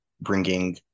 bringing